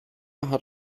hat